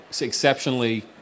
exceptionally